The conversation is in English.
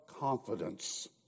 confidence